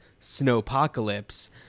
snowpocalypse